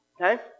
Okay